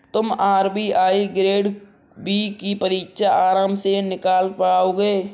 तुम RBI grade B की परीक्षा आराम से निकाल पाओगे